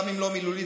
גם אם לא מילולית,